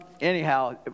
Anyhow